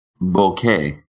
bouquet